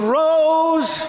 rose